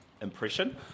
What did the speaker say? impression